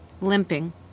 limping